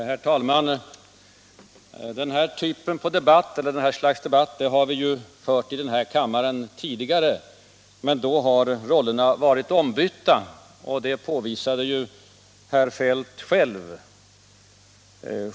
Herr talman! Den här typen av debatt har vi fört i kammaren tidigare, men då har rollerna varit ombytta; det påvisade ju herr Feldt själv.